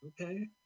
okay